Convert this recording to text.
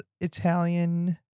Italian